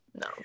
No